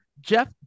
Jeff